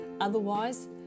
otherwise